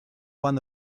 one